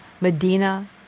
Medina